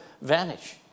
vanish